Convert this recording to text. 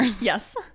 yes